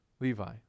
Levi